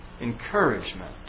encouragement